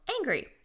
angry